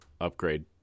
upgrade